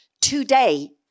today